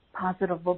positive